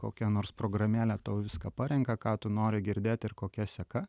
kokia nors programėlė tau viską parenka ką tu nori girdėti ir kokia seka